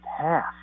half